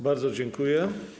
Bardzo dziękuję.